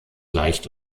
leicht